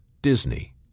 Disney